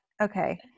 Okay